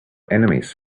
enemies